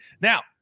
now